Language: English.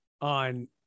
on